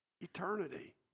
Eternity